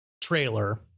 trailer